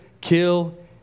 kill